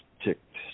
Ticked